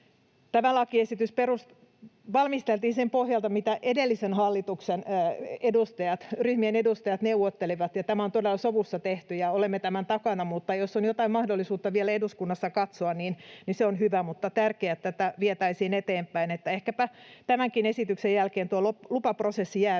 tämä lakiesitys valmisteltiin sen pohjalta, mitä edellisen hallituksen ryhmien edustajat neuvottelivat, ja tämä on todella sovussa tehty, ja olemme tämän takana. Jos on jotain mahdollisuutta vielä eduskunnassa katsoa tätä, niin se on hyvä, mutta on tärkeää, että tätä vietäisiin eteenpäin. Ehkäpä tämänkin esityksen jälkeen tuo lupaprosessi jää